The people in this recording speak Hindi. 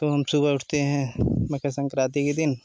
तो हम सुबह उठते हैं मकर संक्रांति के दिन